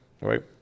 Right